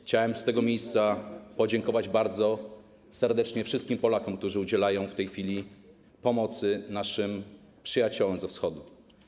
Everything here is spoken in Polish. Chciałem z tego miejsca podziękować bardzo serdecznie wszystkim Polakom, którzy udzielają w tej chwili pomocy naszym przyjaciołom ze Wschodu.